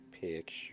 picture